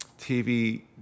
TV